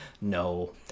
No